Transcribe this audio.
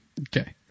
Okay